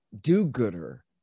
do-gooder